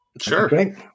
Sure